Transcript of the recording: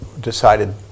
decided